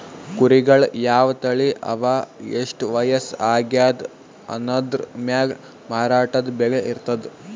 ಕುರಿಗಳ್ ಯಾವ್ ತಳಿ ಅವಾ ಎಷ್ಟ್ ವಯಸ್ಸ್ ಆಗ್ಯಾದ್ ಅನದ್ರ್ ಮ್ಯಾಲ್ ಮಾರಾಟದ್ ಬೆಲೆ ಇರ್ತದ್